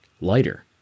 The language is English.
lighter